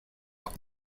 pas